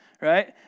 right